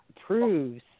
proves